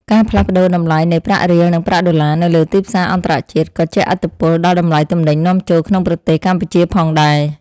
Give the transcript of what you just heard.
ការផ្លាស់ប្តូរតម្លៃនៃប្រាក់រៀលនិងប្រាក់ដុល្លារនៅលើទីផ្សារអន្តរជាតិ ក៏ជះឥទ្ធិពលដល់តម្លៃទំនិញនាំចូលក្នុងប្រទេសកម្ពុជាផងដែរ។